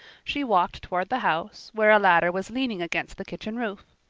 she walked toward the house, where a ladder was leaning against the kitchen roof.